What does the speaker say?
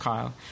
Kyle